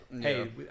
hey